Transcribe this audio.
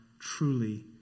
truly